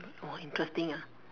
more interesting ah